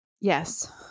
Yes